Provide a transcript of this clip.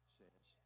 says